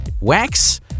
wax